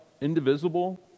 indivisible